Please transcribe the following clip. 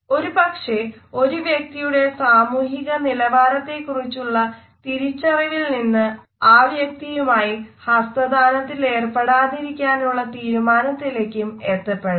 ഒരുപക്ഷെ ഒരു വ്യക്തിയുടെ സാമൂഹിക നിലവാരത്തെക്കുറിച്ചുള്ള തിരിച്ചറിവിൽ നിന്ന് ആ വ്യക്തിയുമായി ഹസ്തദാനത്തിലേർപ്പെടാതിരിക്കാനുള്ള തീരുമാനത്തിലേക്കും എത്തപ്പെടാം